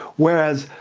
whereas,